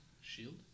Shield